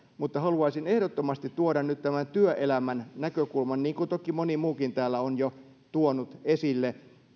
mutta haluaisin ehdottomasti tuoda nyt tämän työelämän näkökulman esille niin kuin toki moni muukin täällä on jo tuonut esille